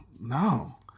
no